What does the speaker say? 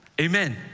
Amen